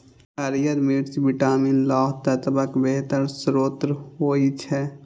हरियर मिर्च विटामिन, लौह तत्वक बेहतर स्रोत होइ छै